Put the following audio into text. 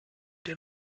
dir